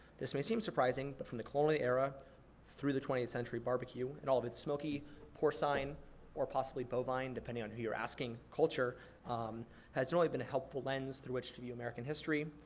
this may seem surprising, but from the colonial era through the twentieth century barbecue and all of it's smokey porcine, or possibly bovine, depending on who you're asking, culture has really been a helpful lens through which to view american history.